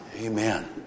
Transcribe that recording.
Amen